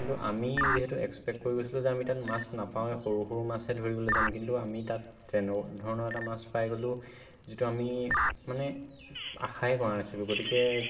কিন্তু আমি যিহেতু এক্সপেক্ট কৰি গৈছিলো যে আমি তাত মাছ নাপাওৱেই সৰু সৰু মাছ হে ধৰিবলে যাম কিন্তু আমি তাত তেনেধৰণৰ এটা মাছ পাই গ'লো যিটো আমি মানে আশাই কৰা নাছিলো গতিকে